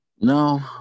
No